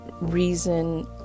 reason